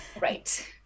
right